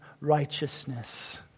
righteousness